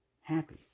happy